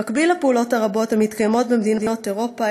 במקביל לפעולות הרבות המתקיימות במדינות אירופה,